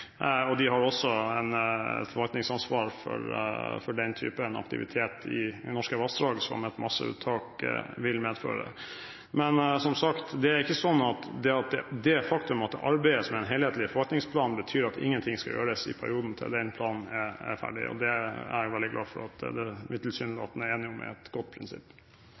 De har også et forvaltningsansvar for den typen aktivitet i norske vassdrag som et masseuttak vil medføre. Som sagt, det er ikke slik at det faktum at det arbeides med en helhetlig forvaltningsplan, betyr at ingenting skal gjøres i perioden fram til planen er ferdig. Jeg er veldig glad for at vi tilsynelatende er enige om at det er et godt prinsipp.